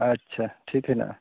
ᱟᱪᱪᱷᱟ ᱴᱷᱤᱠ ᱦᱮᱱᱟᱜᱼᱟ